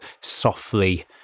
softly